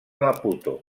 maputo